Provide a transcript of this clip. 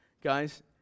guys